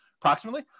Approximately